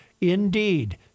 indeed